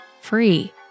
free